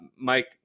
Mike